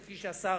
כפי שהשר